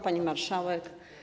Pani Marszałek!